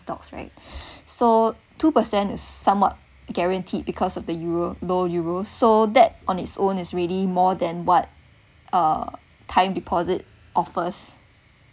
stocks right so two per cent is somewhat guaranteed because of the euro low euros so that on its own is really more than what a time deposit offers